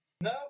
No